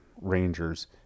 rangers